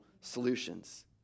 solutions